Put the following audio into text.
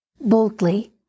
Boldly